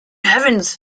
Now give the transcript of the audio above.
heavens